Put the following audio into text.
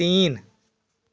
तीन